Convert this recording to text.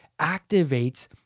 activates